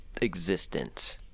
existence